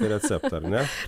receptą ar ne